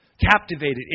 captivated